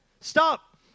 Stop